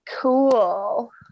cool